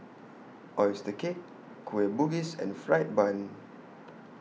Oyster Cake Kueh Bugis and Fried Bun